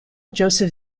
joseph